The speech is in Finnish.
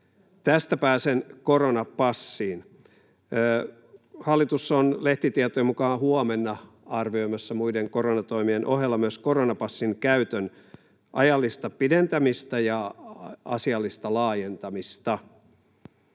Tästä pääsen koronapassiin. Hallitus on lehtitietojen mukaan huomenna arvioimassa muiden koronatoimien ohella myös koronapassin käytön ajallista pidentämistä ja asiallista laajentamista.